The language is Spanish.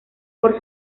por